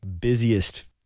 busiest